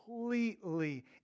completely